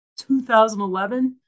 2011